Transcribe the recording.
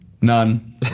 none